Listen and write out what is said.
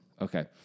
Okay